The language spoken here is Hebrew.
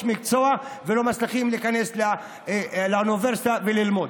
מקצוע ולא מצליחים להיכנס לאוניברסיטה וללמוד.